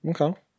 Okay